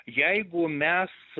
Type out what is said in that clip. jeigu mes